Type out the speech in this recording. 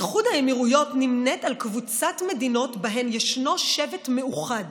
איחוד האמירויות נמנית עם קבוצת מדינות שבהן ישנו שבט מאוחד.